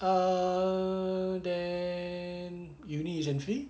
ah then uni isn't free